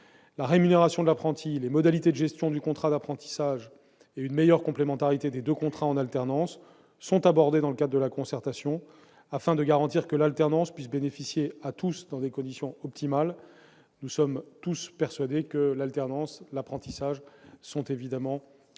La rémunération de l'apprenti, les modalités de gestion du contrat d'apprentissage et une meilleure complémentarité des deux contrats en alternance sont abordées dans le cadre de la concertation, afin que l'alternance puisse bénéficier à tous dans des conditions optimales. Nous sommes tous persuadés que l'alternance et l'apprentissage font partie des